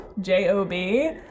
j-o-b